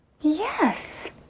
Yes